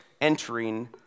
entering